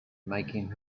making